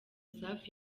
safi